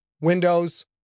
windows